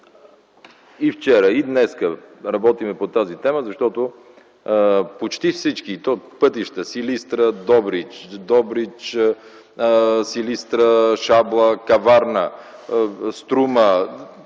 И вчера, и днес работим по тази тема, защото почти всички пътища: Силистра – Добрич; Добрич – Силистра – Шабла – Каварна; Струма;